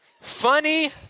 Funny